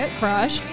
crush